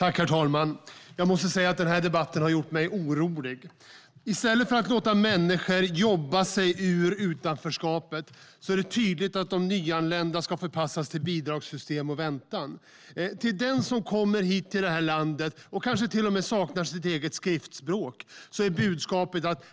Herr talman! Jag måste säga att den här debatten har gjort mig orolig. I stället för att låta människor jobba sig ur utanförskapet är det tydligt att de nyanlända ska förpassas till bidragssystem och väntan. Till den som kommer till det här landet och kanske till och med saknar sitt eget skriftspråk är budskapet att